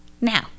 now